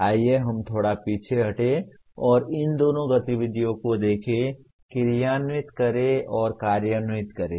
आइए हम थोड़ा पीछे हटें और इन दोनों गतिविधियों को देखें क्रियान्वित करें और कार्यान्वित करें